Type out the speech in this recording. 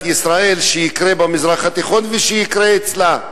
ישראל שיקרה במזרח התיכון ויקרה אצלה.